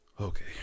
Okay